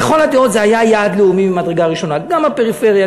לכל הדעות זה שירת יעד לאומי ממדרגה ראשונה: גם הפריפריה,